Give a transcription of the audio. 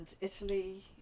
Italy